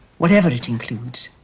whatever it includes.